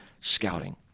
scouting